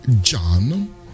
John